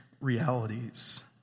realities